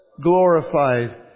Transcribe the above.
glorified